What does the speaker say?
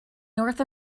north